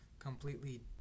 completely